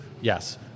yes